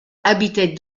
habitaient